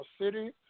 city